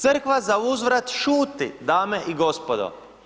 Crkva zauzvrat šuti, dame i gospodo.